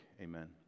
amen